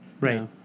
Right